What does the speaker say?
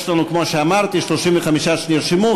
יש לנו, כמו שאמרתי, 35 שנרשמו.